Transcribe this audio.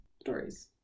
stories